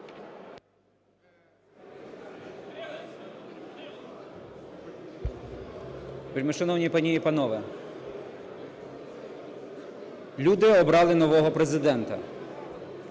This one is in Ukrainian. Люди обрали нового Президента,